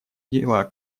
дела